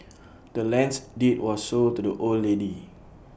the land's deed was sold to the old lady